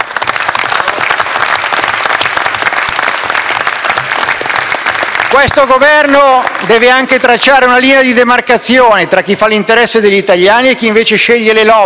Questo Governo deve anche tracciare una linea di demarcazione tra chi fa l'interesse degli italiani e chi invece sceglie le *lobby*,